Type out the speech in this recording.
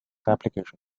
application